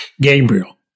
Gabriel